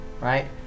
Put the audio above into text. right